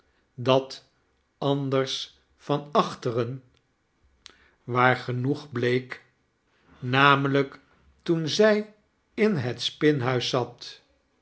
dat anders vanachteren waar genoeg week namelyk toen zjj in het spinhuis zat